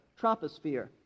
troposphere